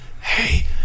Hey